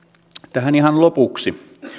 tähän ihan lopuksi